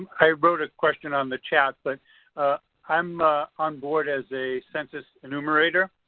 i wrote a question on the chat, but i'm on board as a census enumerator,